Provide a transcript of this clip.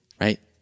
right